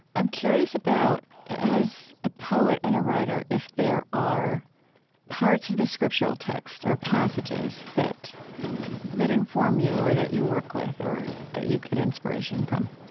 i'm curious about as a poet and a writer, if there are parts of the scriptural text or passages that that inform you or that you work with, or that you get inspiration from